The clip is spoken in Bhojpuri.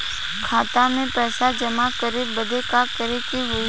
खाता मे पैसा जमा करे बदे का करे के होई?